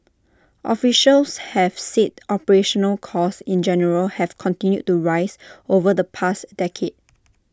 officials have said operational costs in general have continued to rise over the past decade